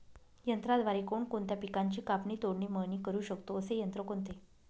यंत्राद्वारे कोणकोणत्या पिकांची कापणी, तोडणी, मळणी करु शकतो, असे यंत्र कोणते?